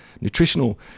nutritional